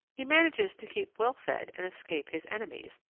he manages to keep well fed and escape his enemies,